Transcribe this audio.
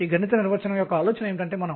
En అనేది n2 కు అనులోమానుపాతంలో ఉంది